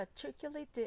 particularly